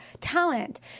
talent